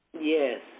Yes